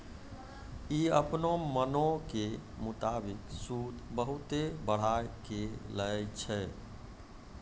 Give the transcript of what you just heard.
इ अपनो मनो के मुताबिक सूद बहुते बढ़ाय के लै छै